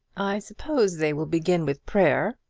i suppose they will begin with prayer,